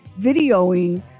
videoing